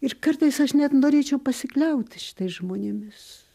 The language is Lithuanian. ir kartais aš net norėčiau pasikliauti šitais žmonėmis